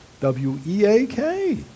W-E-A-K